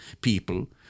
people